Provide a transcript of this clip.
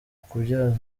kubyaza